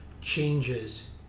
changes